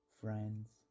friends